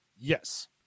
yes